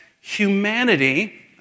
humanity